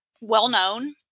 well-known